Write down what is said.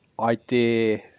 idea